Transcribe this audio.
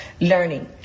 learning